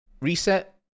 reset